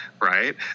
right